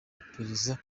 iperereza